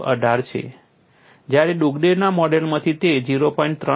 318 છે જ્યારે ડુગડેલના મોડેલમાંથી તે 0